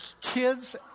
kids